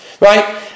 right